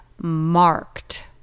marked